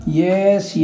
yes